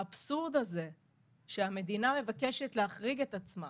האבסורד הזה שהמדינה מבקשת להחריג את עצמה